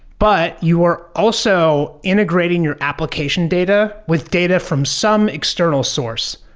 but you are also integrating your application data with data from some external source,